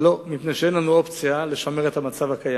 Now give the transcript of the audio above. לא, מפני שאין לנו אופציה לשמר את המצב הקיים.